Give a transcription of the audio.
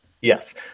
Yes